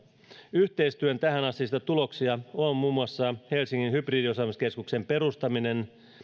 yhteistyön tähänastisia tuloksia on muun muassa helsingin hybridiosaamiskeskuksen perustaminen